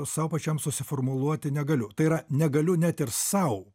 sau pačiam susiformuluoti negaliu tai yra negaliu net ir sau